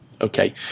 Okay